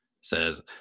says